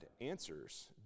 answers